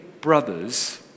brothers